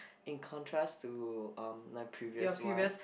in contrast to uh my previous one